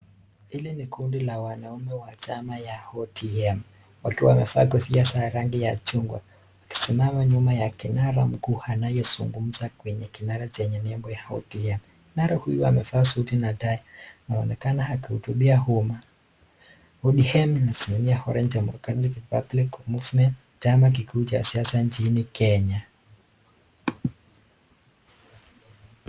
Hili ni kundi la wanaume wa chama ya ODM wakiwa wamevaa kofia za rangi ya chungwa wakisimama nyuma ya kinara mkuu anayezungumza kwenye kinara chenye nembo ya ODM. Kinara huyu amevaa suti na tai. Anaonekana akihutubia umma. ODM inasimamia Orange Democratic Movement chama kikuu cha siasa nchini Kenya.